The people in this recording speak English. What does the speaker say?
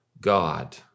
God